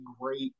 great